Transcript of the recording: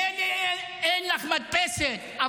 מילא שאין לך מדפסת,